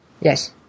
Yes